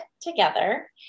together